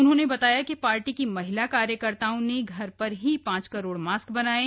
उन्होंने बताया कि पार्टी की महिला कार्यकर्ताओं ने घर पर ही पांच करोड़ मास्क बनाये